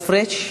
עיסאווי פריץ'.